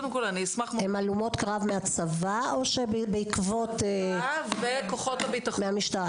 הן הלומות קרב מהצבא, או מהמשטרה וכוחות הביטחון?